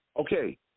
Okay